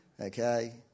okay